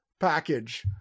package